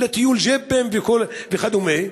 לטיולי ג'יפים וכדומה.